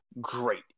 great